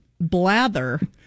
blather